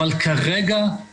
בסך הכול המודל נשמע מודל משופר,